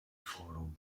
forum